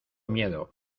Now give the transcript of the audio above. miedo